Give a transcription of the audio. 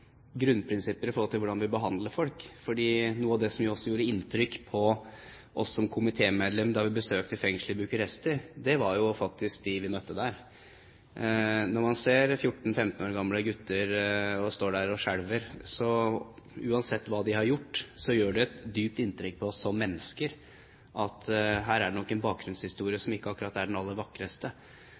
grunnprinsipper når det gjelder hvordan vi behandler folk. For noe av det som også gjorde inntrykk på oss som komitémedlemmer da vi besøkte fengselet i Bucuresti, var faktisk dem vi møtte der. Når man ser 14–15 år gamle gutter som står der og skjelver, uansett hva de har gjort, så gjør det et dypt inntrykk på oss som mennesker, for de har nok en bakgrunnshistorie som ikke akkurat er den aller vakreste.